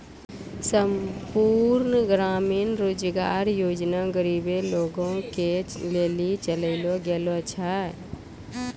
संपूर्ण ग्रामीण रोजगार योजना गरीबे लोगो के लेली चलैलो गेलो छै